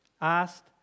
asked